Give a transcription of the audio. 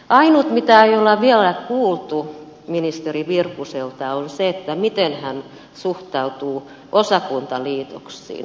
ainut mitä ei ole vielä kuultu ministeri virkkuselta on se miten hän suhtautuu osakuntaliitoksiin